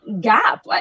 gap